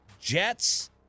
Jets